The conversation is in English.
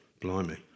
Blimey